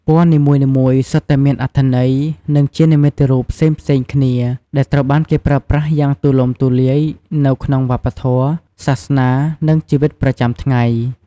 ពណ៌នីមួយៗសុទ្ធតែមានអត្ថន័យ និងជានិមិត្តរូបផ្សេងៗគ្នា ដែលត្រូវបានគេប្រើប្រាស់យ៉ាងទូលំទូលាយនៅក្នុងវប្បធម៌ សាសនា និងជីវិតប្រចាំថ្ងៃ។